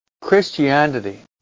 Christianity